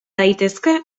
daitezke